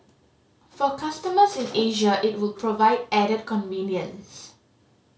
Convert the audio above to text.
for customers in Asia it would provide added convenience